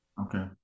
Okay